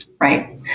right